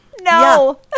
No